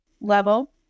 level